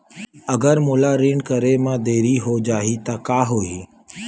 अगर मोला ऋण करे म देरी हो जाहि त का होही?